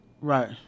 Right